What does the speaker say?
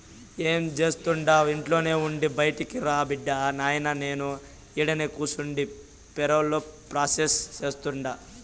ఏం జేస్తండావు ఇంట్లోనే ఉండి బైటకురా బిడ్డా, నాయినా నేను ఈడనే కూసుండి పేరోల్ ప్రాసెస్ సేస్తుండా